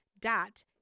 dot